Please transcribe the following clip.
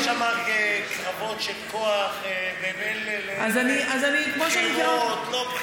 יש שם קרבות של כוח, בחירות, לא בחירות.